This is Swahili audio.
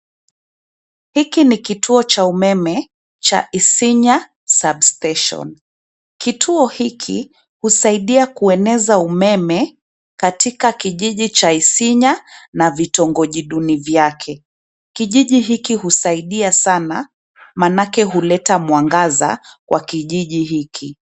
Hiki ni kituo cha umeme cha Isinya Sub station kituo hiki husaidia kueneza umeme katika kijiji cha Isinya na vitongoji duni vyake. Kijiji hiki husaidia sana maanake huleta mwangaza kwa kijiji hiki.